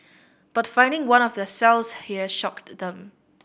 but finding one of their cells here shocked them